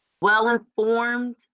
well-informed